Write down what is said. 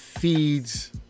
feeds